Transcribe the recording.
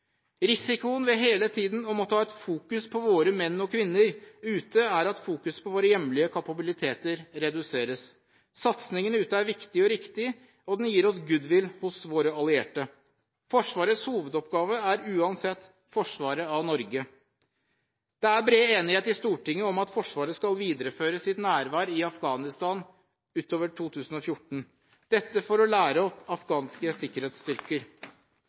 Risikoen ved hele tiden å måtte fokusere på våre menn og kvinner ute er at fokuseringen på vår hjemlige kapasitet reduseres. Satsingen ute er viktig og riktig, og den gir oss goodwill hos våre allierte. Forsvarets hovedoppgave er uansett forsvaret av Norge. Det er bred enighet i Stortinget om at Forsvaret skal videreføre sitt nærvær i Afghanistan utover 2014, dette for å lære opp afghanske sikkerhetsstyrker.